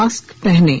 mask पहनें